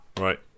Right